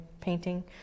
painting